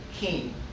king